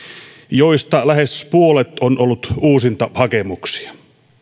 joista lähes puolet on ollut uusintahakemuksia